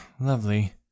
lovely